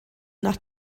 nach